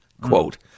Quote